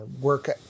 work